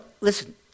listen